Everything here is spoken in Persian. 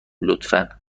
لطفا